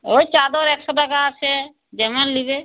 ওই চাদর একশো টাকা আছে যেমন নেবে